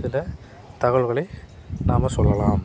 சில தகவல்களை நாம் சொல்லலாம்